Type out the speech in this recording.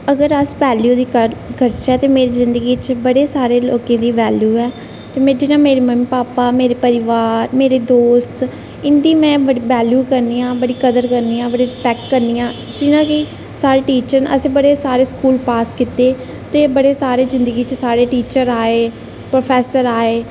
अगर अस अपनी गल्ल करचै ते मेरी जिंदगी च बड़े सारे लोकें दी वैल्यू ऐ जि'यां मेरे मम्मी भापा मेरा परोआर मेरे दोस्त इं'दी में बड़ी वैल्यू करनी आं बड़ी कद्र करनी आं बड़ी रसपैक्ट करनी आं जियां की साढ़े टीचर न असें बड़े सारे स्कूल पास कीते ते बड़े सारे साढ़े जिंदगी च टीचर आए प्रोफैसर आए